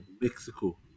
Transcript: Mexico